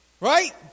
Right